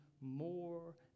more